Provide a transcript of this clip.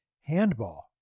Handball